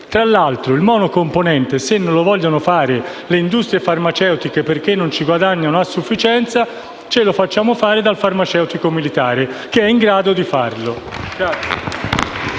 Tra l'altro, se il monocomponente non lo vogliono produrre le industrie farmaceutiche perché non ci guadagnano a sufficienza, facciamolo fare dall'Istituto farmaceutico militare, che è in grado di farlo.